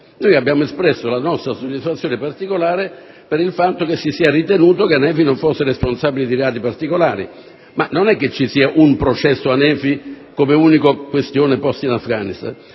Abbiamo espresso la nostra soddisfazione particolare per il fatto che si sia ritenuto che Hanefi non fosse responsabile di reati particolari, ma non è che ci sia un processo Hanefi come unica questione posta in Afghanistan.